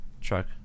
Truck